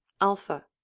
alpha